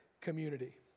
community